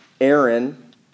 Aaron